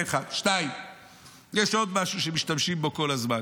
זה, 1. 2. יש עוד משהו שמשתמשים בו כל הזמן: